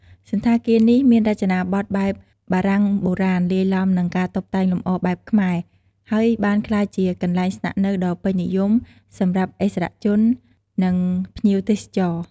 សណ្ឋាគារនេះ មានរចនាបថបែបបារាំងបុរាណ លាយឡំនឹងការតុបតែងលម្អបែបខ្មែរ ហើយបានក្លាយជាកន្លែងស្នាក់នៅដ៏ពេញនិយមសម្រាប់ឥស្សរជន និងភ្ញៀវទេសចរ។